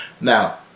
Now